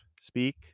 speak